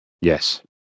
Yes